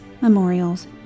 memorials